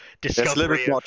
discovery